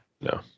No